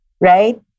Right